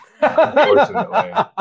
Unfortunately